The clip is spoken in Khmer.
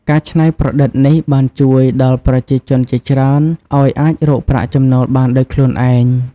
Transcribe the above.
ការច្នៃប្រឌិតនេះ បានជួយដល់ប្រជាជនជាច្រើនឱ្យអាចរកប្រាក់ចំណូលបានដោយខ្លួនឯង។